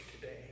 today